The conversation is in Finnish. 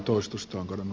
löytyykö selitys